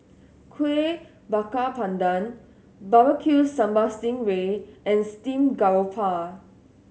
Kuih Bakar Pandan Barbecue Sambal sting ray and steamed garoupa